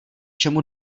čemu